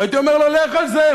הייתי אומר לו: לך על זה,